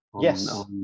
Yes